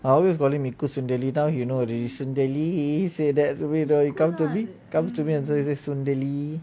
I always calling him சுண்ட எலி:sunda elli come to me சுண்ட எலி:sunda elli come to me சுண்ட எலி:sunda elli